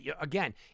again